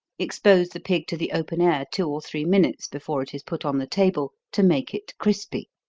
expose the pig to the open air two or three minutes, before it is put on the table, to make it crispy.